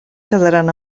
quedaran